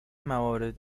موارد